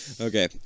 Okay